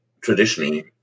traditionally